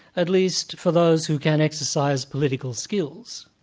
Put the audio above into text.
at least for those who can exercise political skills.